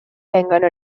vengano